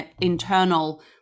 internal